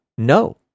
No